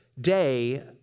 day